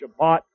Shabbat